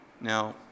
now